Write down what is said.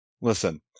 Listen